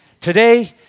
Today